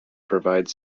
provide